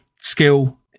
skill